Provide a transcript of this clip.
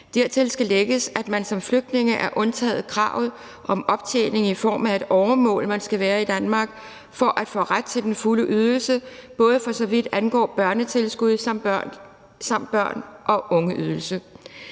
Dertil skal lægges, at man som flygtning er undtaget kravet om optjening i form af et åremål, man skal have været i Danmark, for at få ret til den fulde ydelse, både for så vidt angår børnetilskud og børne- og ungeydelse.